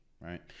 right